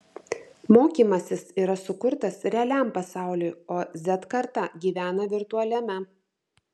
mokymasis yra sukurtas realiam pasauliui o z karta gyvena virtualiame